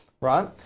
right